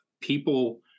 people